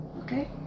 Okay